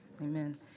Amen